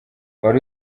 wari